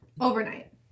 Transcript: overnight